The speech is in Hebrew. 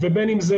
ובין אם זה